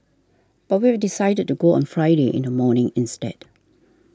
but we have decided to go on Friday in the morning instead